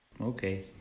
Okay